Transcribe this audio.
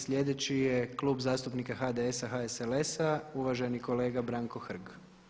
Sljedeći je Klub zastupnika HDS-a i HSLS-a, uvaženi kolega Branko Hrg.